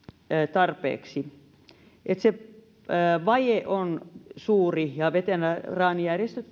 tarpeeksi se vaje on suuri ja veteraanijärjestöt